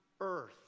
earth